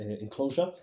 enclosure